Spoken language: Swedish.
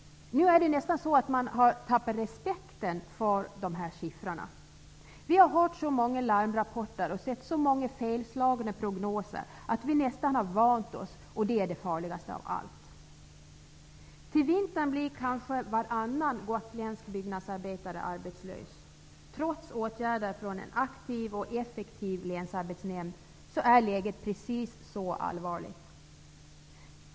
Nu har man nästan tappat respekten för de här siffrorna. Vi har hört så många larmrapporter och sett så många felslagna prognoser att vi nästan har vant oss, och det är det farligaste av allt. Till vintern blir kanske varannan gotländsk byggnadsarbetare arbetslös. Trots åtgärder från en aktiv och effektiv länsarbetsnämnd är läget precis så allvarligt.